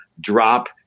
drop